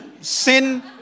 Sin